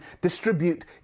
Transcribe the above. distribute